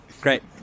Great